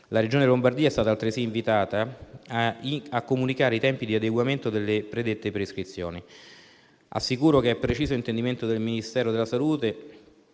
La Regione Lombardia è stata altresì invitata a comunicare i tempi di adeguamento alle predette prescrizioni. Assicuro che è preciso intendimento del Ministero della salute